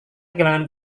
kehilangan